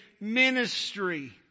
ministry